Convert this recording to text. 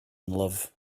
love